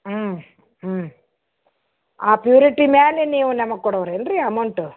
ಹ್ಞೂ ಹ್ಞೂ ಆ ಪ್ಯೂರಿಟಿ ಮೇಲೆ ನೀವು ನಮಗೆ ಕೊಡೊವ್ರೇನು ರೀ ಅಮೌಂಟು